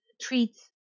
treats